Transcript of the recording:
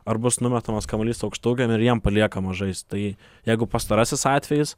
ar bus numetamas kamuolys aukštaūgiem ir jiem paliekama žaist tai jeigu pastarasis atvejis